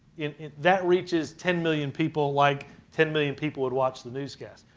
that reaches ten million people, like ten million people would watch the newscast.